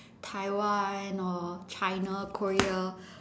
Taiwan or China Korea